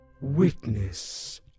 Witness